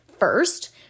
first